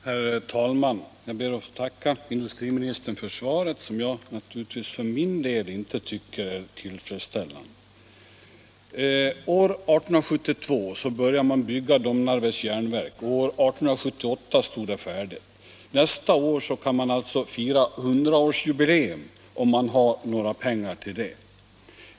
Herr talman! Jag tackar industriministern för svaret, som jag naturligtvis för min del inte tycker är tillfredsställande. År 1872 började man bygga Domnarvets Jernverk, och år 1878 stod det färdigt. Nästa år kan man alltså fira 100-årsjubileum, om man har några pengar till det.